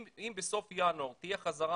אם בסוף ינואר תהיה חזרה